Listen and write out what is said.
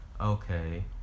Okay